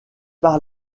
par